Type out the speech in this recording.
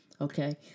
okay